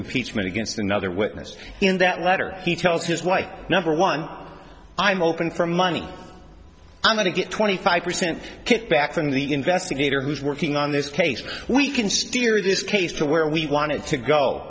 featured against another witness in that letter he tells his wife number one i'm open for money i'm going to get twenty five percent back from the investigator who's working on this case we can steer this case to where we want it to go